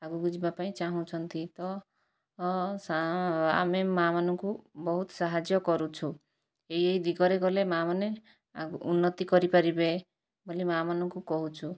ଆଗକୁ ଯିବା ପାଇଁ ଚାହୁଁଛନ୍ତି ତ ଆମେ ମାଆମାନଙ୍କୁ ବହୁତ ସାହାଯ୍ୟ କରୁଛୁ ଏହି ଏହି ଦିଗରେ ଗଲେ ମାଆମାନେ ଉନ୍ନତି କରିପାରିବେ ବୋଲି ମାଆମାନଙ୍କୁ କହୁଛୁ